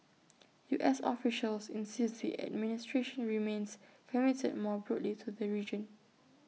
U S officials insist the administration remains committed more broadly to the region